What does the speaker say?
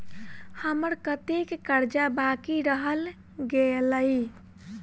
हम्मर कत्तेक कर्जा बाकी रहल गेलइ?